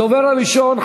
הדובר הראשון,